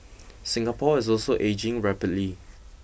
Singapore is also ageing rapidly